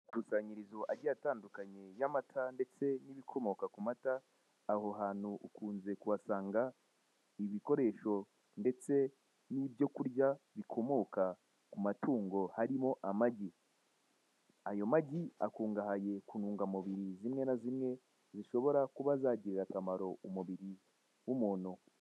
Amakusanyirizo agiye atandukanye y'amata ndetse n'ibikomoka ku mata, aho hantu ukunze kuhasanga ibikoresho ndetse n'ibyo kurya bikomoka ku matungo harimo amagi. Ayo magi akungahaye ku ntungamubiri zimwe na zimwe, zishobora kuba zagirira akamaro umubiri w'umuntu.